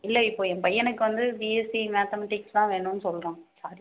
இல்லை இப்போது என் பையனுக்கு வந்து பிஎஸ்சி மேத்தமெட்டிக்ஸ் தான் வேணும் சொல்கிறான் சாரி